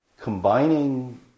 combining